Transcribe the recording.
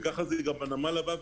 וככה זה גם בנמל הבא.